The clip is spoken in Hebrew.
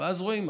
ואז רואים,